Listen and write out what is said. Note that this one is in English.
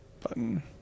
button